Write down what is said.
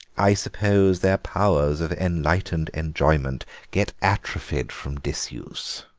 i suppose their powers of enlightened enjoyment get atrophied from disuse.